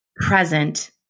present